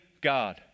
God